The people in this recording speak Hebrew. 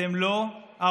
אתם לא האויב,